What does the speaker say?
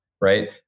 right